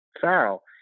Farrell